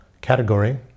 category